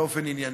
באופן ענייני.